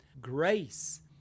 grace